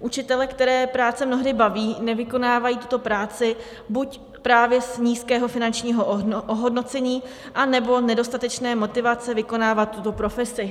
Učitelé, které práce mnohdy baví, nevykonávají tuto práci buď právě z nízkého finančního ohodnocení, anebo nedostatečné motivace vykonávat tuto profesi.